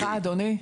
סליחה אדוני,